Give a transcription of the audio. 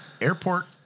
Airport